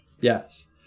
yes